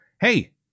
hey